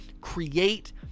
create